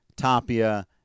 Tapia